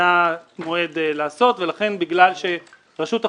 היה מועד לעשות, ולכן בגלל שרשות החדשנות,